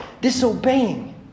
disobeying